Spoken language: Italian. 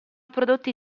prodotti